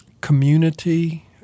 community